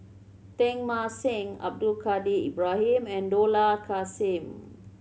Teng Mah Seng Abdul Kadir Ibrahim and Dollah Kassim